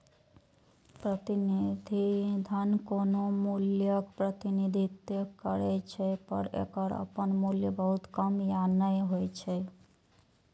प्रतिनिधि धन कोनो मूल्यक प्रतिनिधित्व करै छै, पर एकर अपन मूल्य बहुत कम या नै होइ छै